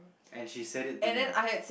and she said it to me